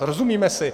Rozumíme si?